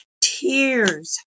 tears